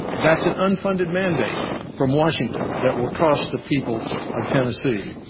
that's an unfunded mandate from washington that will cost the people of tennessee.